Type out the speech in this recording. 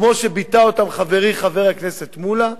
כמו שביטא אותן חברי חבר הכנסת מולה.